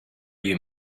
you